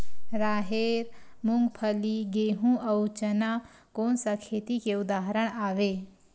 राहेर, मूंगफली, गेहूं, अउ चना कोन सा खेती के उदाहरण आवे?